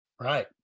Right